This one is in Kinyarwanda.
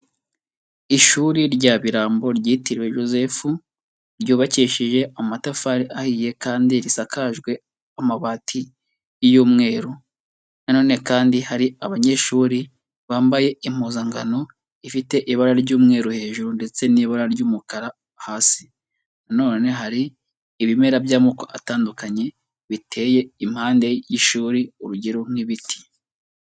Ishuri rya Birambo ryitiriwe Joseph, ryubakishije amatafari ahiye kandi risakajwe amabati y'umweru. Na none kandi hari abanyeshuri bambaye impuzankano ifite ibara ry'umweru hejuru ndetse n'ibara ry'umukara hasi. Na none hari ibimera by'amoko atandukanye biteye impande y'ishuri, urugero nk'ibiti.